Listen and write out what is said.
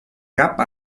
cap